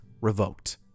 revoked